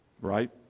Right